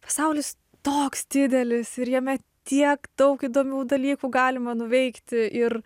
pasaulis toks didelis ir jame tiek daug įdomių dalykų galima nuveikti ir